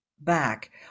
back